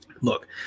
Look